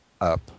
up